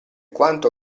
quanto